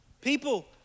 People